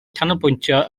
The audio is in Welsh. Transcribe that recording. canolbwyntio